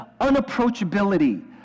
unapproachability